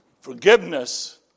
Forgiveness